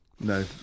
No